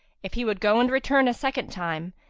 if he would go and return a second time,